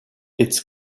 its